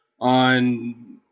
on